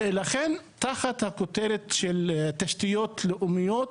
ולכן תחת הכותרת של תשתיות לאומיות,